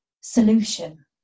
solution